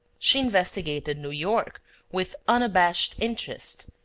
she investigated new york with unabashed interest,